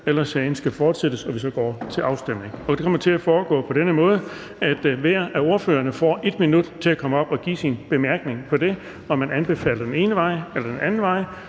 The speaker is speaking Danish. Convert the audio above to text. eller om sagen skal fortsættes, og at vi så går til afstemning. Det kommer til at foregå på den måde, at hver af ordførerne får 1 minut til at komme op og give sin bemærkning til det, altså om man anbefaler det ene eller det andet,